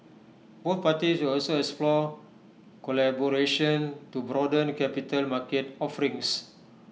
both parties will also explore collaboration to broaden capital market offerings